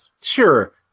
sure